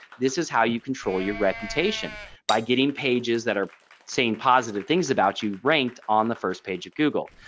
this is how you control your reputation by getting pages that are saying positive things about you ranked on the first page of google.